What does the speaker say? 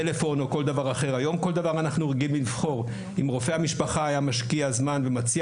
אם רופא המשפחה היה משקיע זמן ומציע